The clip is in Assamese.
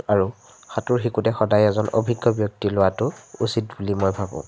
আৰু সাঁতোৰ শিকোঁতে সদায় এজন অভিজ্ঞ ব্যক্তি লোৱাটো উচিত বুলি মই ভাবোঁ